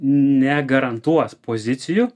negarantuos pozicijų